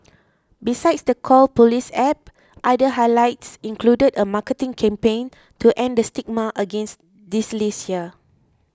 besides the Call Police App other highlights included a marketing campaign to end the stigma against dyslexia